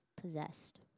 possessed